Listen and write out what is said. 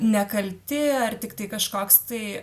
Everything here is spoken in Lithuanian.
nekalti ar tiktai kažkoks tai